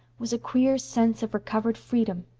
was a queer sense of recovered freedom.